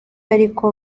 ariko